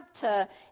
chapter